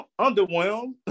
underwhelmed